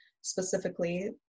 specifically